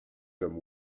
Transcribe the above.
comme